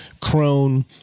crone